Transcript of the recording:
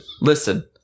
listen